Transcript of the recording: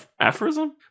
aphorism